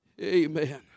Amen